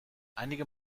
einige